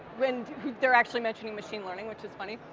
when they're actually mentioning machine learning, which is funny.